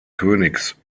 königs